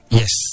yes